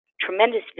tremendous